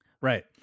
Right